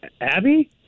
Abby